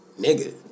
nigga